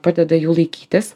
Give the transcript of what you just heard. padeda jų laikytis